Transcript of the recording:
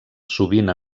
sovint